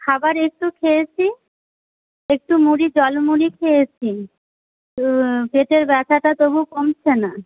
খাবার একটু খেয়েছি একটু মুড়ি জলমুড়ি খেয়েছি পেটের ব্যথাটা তবু কমছে না